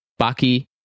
Baki